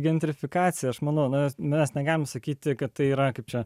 gentrifikacija aš manau na mes negalime sakyti kad tai yra kaip čia